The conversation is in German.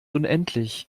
unendlich